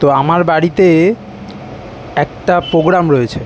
তো আমার বাড়িতে একটা প্রোগ্রাম রয়েছে